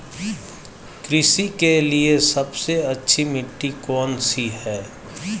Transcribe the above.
कृषि के लिए सबसे अच्छी मिट्टी कौन सी है?